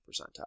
percentile